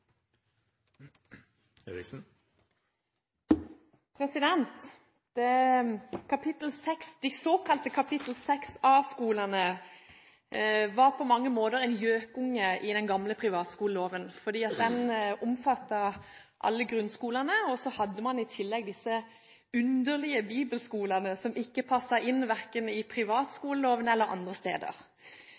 såkalte kapittel 6A-skolene var på mange måter en gjøkunge i den gamle privatskoleloven, fordi den omfattet alle grunnskolene, og så hadde man i tillegg disse «underlige» bibelskolene, som ikke passet inn verken i privatskoleloven eller andre steder.